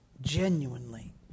genuinely